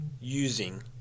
Using